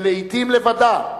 לעתים לבדה,